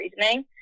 reasoning